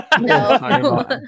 no